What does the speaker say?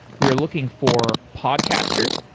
we are looking for podcaster,